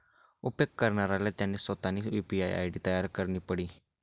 उपेग करणाराले त्यानी सोतानी यु.पी.आय आय.डी तयार करणी पडी